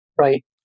Right